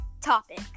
topic